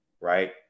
right